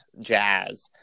Jazz